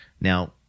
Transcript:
Now